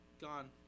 gone